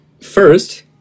first